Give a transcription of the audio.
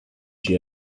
she